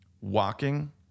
walking